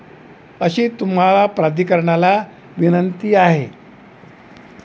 अशी तुम्हाला प्राधिकरणाला विनंती आहे